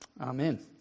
amen